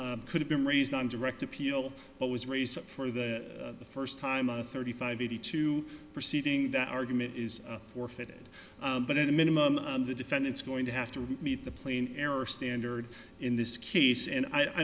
argument could have been raised on direct appeal but was raised for the first time on a thirty five eighty two proceeding that argument is forfeited but at a minimum the defendant's going to have to meet the plain error standard in this case and i